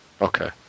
Okay